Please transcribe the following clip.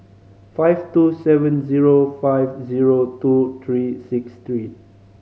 five two seven zero five zero two three six three